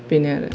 बेनो आरो